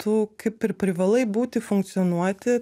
tu kaip ir privalai būti funkcionuoti